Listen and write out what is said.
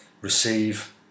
receive